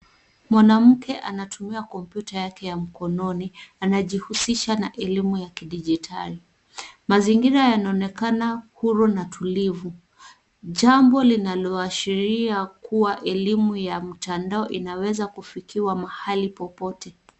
Mwanamke anatumia kompyuta yake ya mkononi, anajihusisha na elimu ya kidijitali. Mazingira yanaonekana huru na tulivu, jambo linaloashiria kuwa elimu ya mtandao inaweza kufikiwa mahali popote.